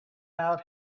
out